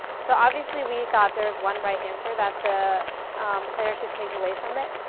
so obviously, we thought there was one right answer that the player should take away from it.